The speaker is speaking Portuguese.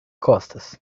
costas